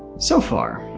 so far,